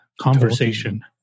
Conversation